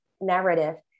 narrative